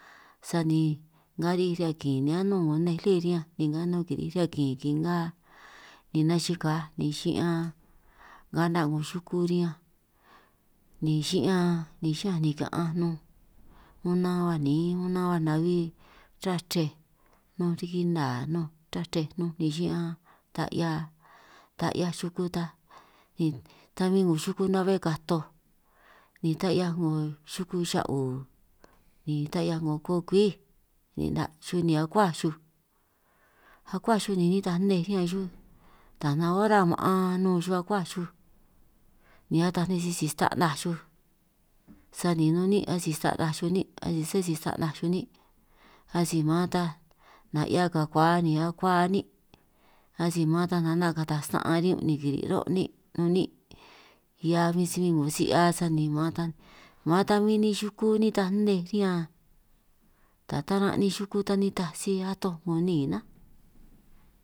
Sani nga ri'ij riñan kin ni anún 'ngo nnej lí riñanj ni nga nun kiri'ij riñan kin kinga, ni nachika ni xi'ñan nga 'na' 'ngo xuku riñanj ni xi'ñan ni xiñanj nikan'anj, nunj unan huaj niin unan huaj nabi ruhua chrej nunj riki nnaa nunj ruhua chrej, nunj ni xi'ñan ta 'hia ta 'hiaj xuku ta huin 'ngo xuku na'be katoj ni ta 'hiaj 'ngo xuku xa'hu ni ta 'hiaj 'ngo kokwíj, ni 'na' xuj ni akuaj xuj akuaj xuj ni nitaj nnej riñan xuj, ta nanj ora ma'an nun xuj akuaj xuj ni ataj nej sisi stanaj xuj sani nun ni'ín' asi sta'naj xuj nin', asi sé si stanaj xuj nín' asi man ta nanj 'hia kakua ni akua nin' asi man ta nanj 'na' kataj sna'anj riñun' ni kiri' ruhuo' nin', nun ni'ín' hiaj huin si huin 'ngo si 'hia sani man ta man ta huin ninj xuj nitaj nnej riñan, ta taran' ninj xuku ta nitaj si atoj 'ngo níin nánj.